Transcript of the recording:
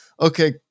Okay